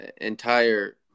entire